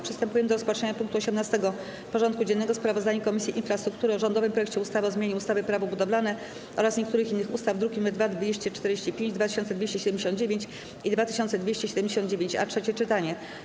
Przystępujemy do rozpatrzenia punktu 18. porządku dziennego: Sprawozdanie Komisji Infrastruktury o rządowym projekcie ustawy o zmianie ustawy - Prawo budowlane oraz niektórych innych ustaw (druki nr 2245, 2279 i 2279-A) - trzecie czytanie.